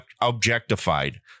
objectified